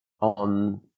on